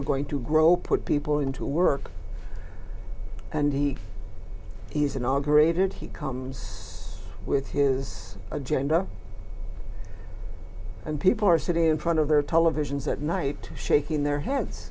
are going to grow put people into work and he he's inaugurated he comes with his agenda and people are sitting in front of their televisions at night shaking their heads